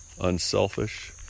unselfish